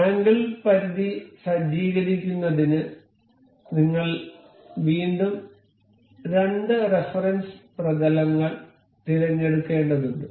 angle പരിധി സജ്ജീകരിക്കുന്നതിന് നിങ്ങൾ വീണ്ടും രണ്ട് റഫറൻസ് പ്രതലങ്ങൾ തിരഞ്ഞെടുക്കേണ്ടതുണ്ട്